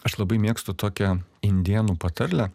aš labai mėgstu tokią indėnų patarlę